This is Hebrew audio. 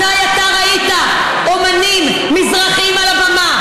מתי אתה ראית אומנים מזרחים על הבמה?